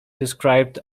described